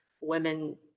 women